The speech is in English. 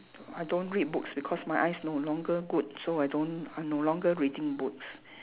I don't read books because my eyes no longer good so I don't I no longer reading books